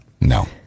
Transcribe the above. no